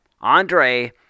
Andre